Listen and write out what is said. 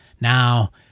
Now